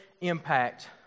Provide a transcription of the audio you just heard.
impact